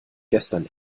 gestern